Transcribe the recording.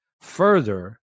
Further